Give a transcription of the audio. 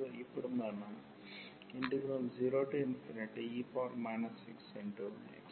మరియు ఇప్పుడు మనం 0e xxn